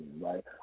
right